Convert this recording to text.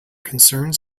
concerns